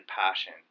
passion